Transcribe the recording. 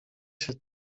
się